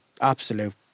absolute